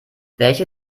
welche